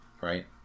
right